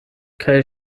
kaj